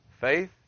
Faith